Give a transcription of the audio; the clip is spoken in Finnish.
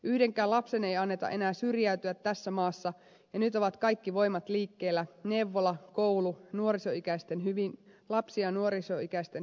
yhdenkään lapsen ei anneta enää syrjäytyä tässä maassa ja nyt ovat kaikki voimat liikkeellä neuvola koulu lapsi ja nuorisoikäisten hyvinvoinnin puolesta